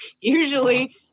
Usually